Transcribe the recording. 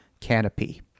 Canopy